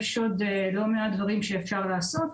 יש עוד לא מעט דברים שאפשר לעשות.